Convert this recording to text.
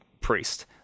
priest